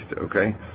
okay